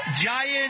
giant